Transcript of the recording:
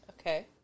Okay